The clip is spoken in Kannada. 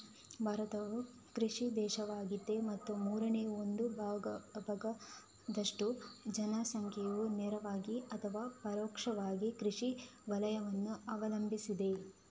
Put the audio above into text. ಭಾರತವು ಕೃಷಿ ದೇಶವಾಗಿದೆ ಮತ್ತು ಮೂರನೇ ಒಂದು ಭಾಗದಷ್ಟು ಜನಸಂಖ್ಯೆಯು ನೇರವಾಗಿ ಅಥವಾ ಪರೋಕ್ಷವಾಗಿ ಕೃಷಿ ವಲಯವನ್ನು ಅವಲಂಬಿಸಿದೆ